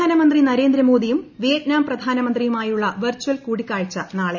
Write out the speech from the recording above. പ്രധാനമന്ത്രി നരേന്ദ്രമോദിയും വിയറ്റ്നാം പ്രധാനമന്ത്രിയുമായുള്ള വെർച്ചൽ കൂടിക്കാഴ്ച നാളെ